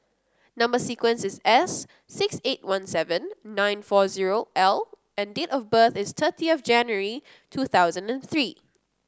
number sequence is S six eight one seven nine four zero L and date of birth is thirty of January two thousand and three